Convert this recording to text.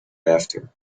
after